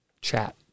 chat